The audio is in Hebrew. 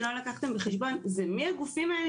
לא לקחתם בחשבון זה מי הגופים האלה